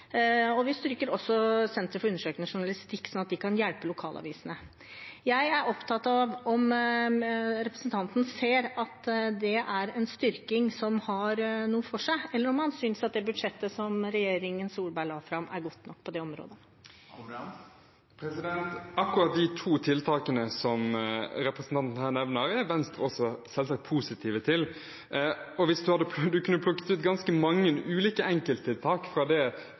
og vi styrker også Senter for undersøkende journalistikk, sånn at de kan hjelpe lokalavisene. Jeg er opptatt av om representanten ser at det er en styrking som har noe for seg, eller om han synes at det budsjettet som regjeringen Solberg la fram, er godt nok på det området. Akkurat de to tiltakene som representanten her nevner, er også Venstre selvsagt positive til. Man kunne plukket ut ganske mange ulike enkelttiltak fra